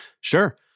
Sure